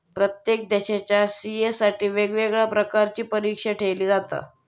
प्रत्येक देशाच्या सी.ए साठी वेगवेगळ्या प्रकारची परीक्षा ठेयली जाता